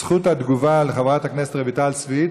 זכות התגובה לחברת הכנסת רויטל סויד.